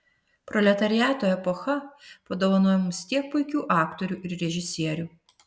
proletariato epocha padovanojo mums tiek puikių aktorių ir režisierių